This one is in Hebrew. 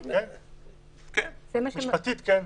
משפטית, כן.